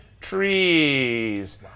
trees